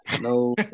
no